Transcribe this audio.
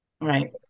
right